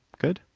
good.